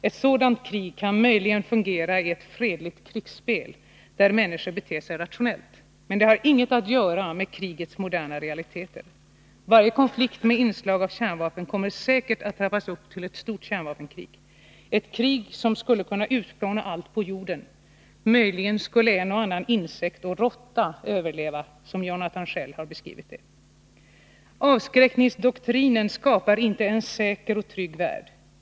Ett sådant krig kan möjligen fungera i ett ”fredligt krigsspel” där människor beter sig rationellt. Men det har inget att göra med krigets moderna realiteter. Varje konflikt med inslag av kärnvapen kommer säkert att trappas upp till ett stort kärnvapenkrig, ett krig som skulle kunna utplåna allt på jorden. Möjligen skulle en och annan insekt eller råtta överleva, som Jonathan Schell har beskrivit det. Avskräckningsdoktrinen skapar inte en säker och trygg värld.